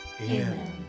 Amen